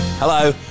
Hello